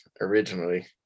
originally